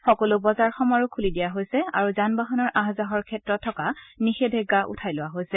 সকলো বজাৰ সমাৰ খুলি দিয়া হৈছে আৰু যান বাহানৰ আহ যাহৰ ক্ষেত্ৰত থকা নিষেধাজ্ঞা উঠাই দিয়া হৈছে